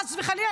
חס וחלילה,